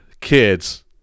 kids